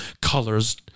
colors